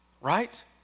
Right